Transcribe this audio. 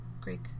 Greek